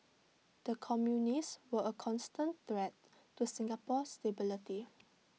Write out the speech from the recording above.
the communists were A constant threat to Singapore's stability